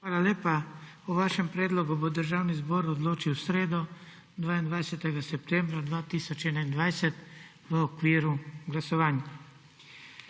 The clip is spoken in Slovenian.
Hvala lepa. O vašem predlogu bo Državni zbor odločil v sredo, 22. septembra 2021, v okviru glasovanj.